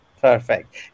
Perfect